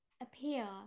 appear